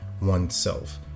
oneself